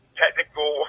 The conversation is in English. technical